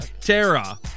Tara